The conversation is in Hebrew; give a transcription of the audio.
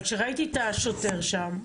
כשראיתי את השוטר שם,